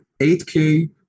8K